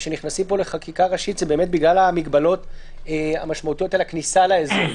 שנכנסים פה לחקיקה ראשית זה בגלל המגבלות המשמעותיות על הכניסה לאזור,